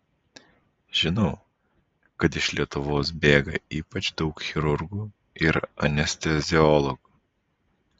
žinau kad iš lietuvos bėga ypač daug chirurgų ir anesteziologų